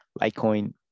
Litecoin